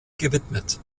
gewidmet